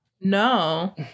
No